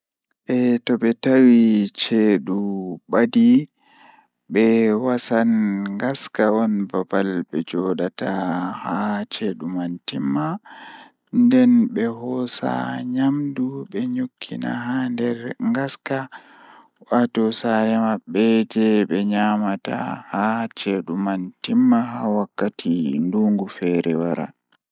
Eh ɗokam masin handi naftira be ndabbawa Ko feewi e waɗtude goɗɗe tawa e jeyaaɗe? Ko oon feewi, tawa woɗɓe ummora ɗum, ko haɓo e miijeele e haɓɓuɓe. Kono, to no ɓuri fayde e hokkunde ngoodi goɗɗi e darnde, ko oon feewi e famɗe waawɗi. E hoore mum, ɗum waɗi ko haɓɓo e laawol humɓe e dakkunde lefi ɗi na'i, tawa no woodi ɗum e sariya ndiyam tawa neɗɗo